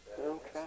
Okay